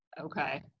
Okay